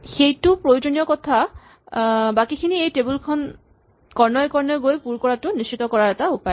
সেইটো প্ৰয়োজনীয় কথা বাকীখিনি এই টেবল খন কৰ্ণয়ে কৰ্ণয়ে গৈ পুৰ কৰাটো নিশ্চিত কৰাৰ এটা উপায়